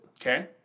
Okay